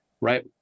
right